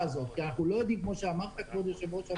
כמו שאמרת כבוד היושב ראש,